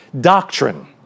Doctrine